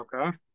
Okay